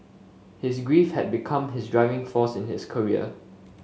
his grief had become his driving force in his career